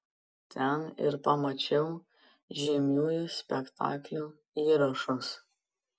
ten ir pamačiau žymiųjų spektaklių įrašus